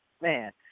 man